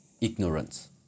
ignorance